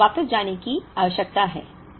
अब हमें वापस जाने की आवश्यकता है